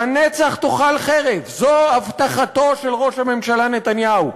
לנצח תאכל חרב, זו הבטחתו של ראש הממשלה נתניהו.